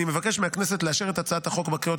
אני מבקש מהכנסת לאשר את הצעת החוק בקריאות